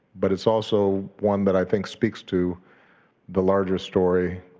but it's also one that i think speaks to the larger story